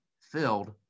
filled